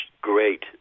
great